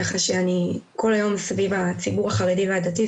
ככה שאני כל היום סביב הציבור החרדי והדתי,